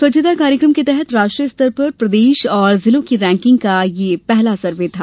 स्वच्छता कार्यक्रम के तहत राष्ट्रीय स्तर पर प्रदेश एवं जिलों की रैंकिंग का यह पहला सर्वे था